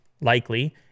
likely